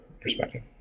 perspective